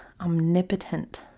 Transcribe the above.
omnipotent